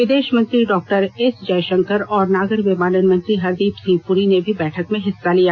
विदेश मंत्री doctor S Jaishankar और नागर विमानन मंत्री हरदीप सिंह पुरी ने भी बैठक में हिस्सा लिया